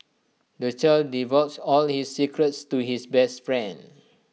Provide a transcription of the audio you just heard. the child divulged all his secrets to his best friend